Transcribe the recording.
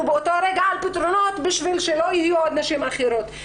באותו רגע על פתרונות בשביל שלא יהיו נשים אחרות.